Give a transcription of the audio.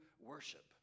worship